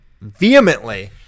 vehemently